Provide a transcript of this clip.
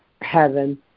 heaven